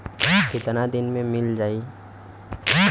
कितना दिन में मील जाई?